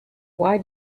why